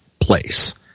place